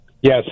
Yes